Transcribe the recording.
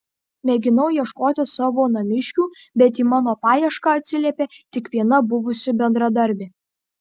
mėginau ieškoti savo namiškių bet į mano paiešką atsiliepė tik viena buvusi bendradarbė